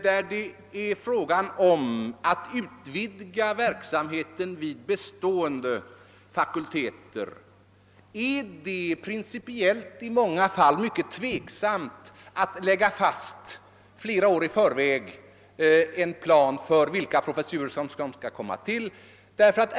Där det är fråga om att utvidga verksamheten vid bestående fakulteter är det däremot i många fall principiellt mycket tvivelaktigt att flera år i förväg lägga fast en plan för vilka professurer som skall komma till.